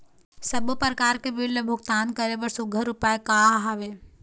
सबों प्रकार के बिल ला भुगतान करे बर सुघ्घर उपाय का हा वे?